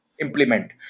implement